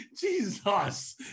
Jesus